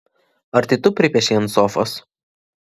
ar tai tu pripiešei ant sofos